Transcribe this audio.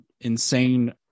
insane